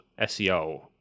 SEO